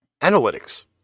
analytics